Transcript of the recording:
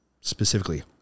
Specifically